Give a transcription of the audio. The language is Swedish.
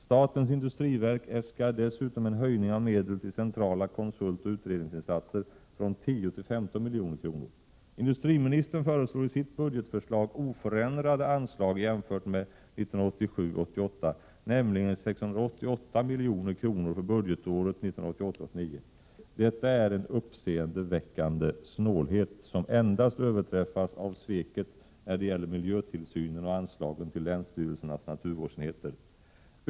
Statens Industriverk äskar dessutom en höjning av medel till centrala konsultoch utredningsinsatser från 10 till 15 milj.kr. Industriministern föreslår i sitt budgetförslag oförändrade anslag jämfört med 1987 89. Detta är en uppseendeväckande snålhet som endast överträffas av sveket när det gäller miljötillsynen och anslagen till länsstyrelsernas naturvårdsenheter.